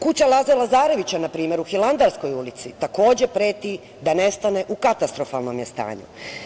Kuća Laze Lazarevića u Hilandarskoj ulici, takođe preti da nestane, u katastrofalnom je stanju.